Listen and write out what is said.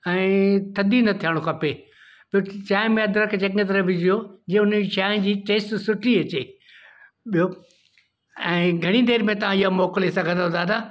ऐं थदी न थियणु खपे छोकी चांहि में अदरक चङी तरह विझिजो जे उन जी चांहि जी टेस्ट सुठी अचे ॿियो ऐं घणी देरि में तव्हां इहा मोकिले सघंदो दादा